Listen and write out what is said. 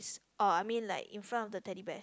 or I mean like in front of the Teddy Bear